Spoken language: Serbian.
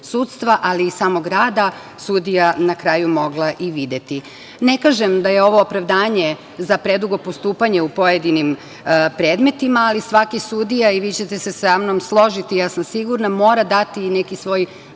sudstva ali i samog rada sudija na kraju mogla i videti. Ne kažem da je ovo opravdanje za predugo postupanje u pojedinim predmetima, ali svaki sudija, i vi ćete se sa mnom složiti, ja sam sigurna, mora dati i neki svoj